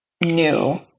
new